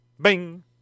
bing